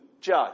judge